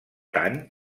tant